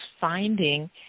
finding